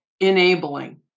enabling